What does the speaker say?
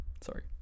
Sorry